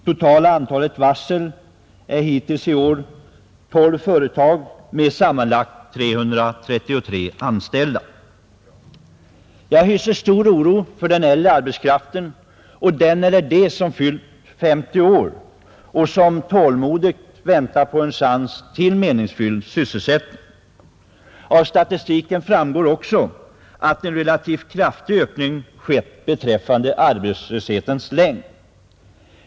Totala antalet varsel omfattar hittills i år 12 företag med sammanlagt 333 anställda. Jag hyser stor oro för den äldre arbetskraften och för dem som fyllt 50 år och som tålmodigt väntar på en chans till meningsfull sysselsättning. Av statistiken framgår också att en relativt kraftig ökning skett beträffande arbetslöshetens längd.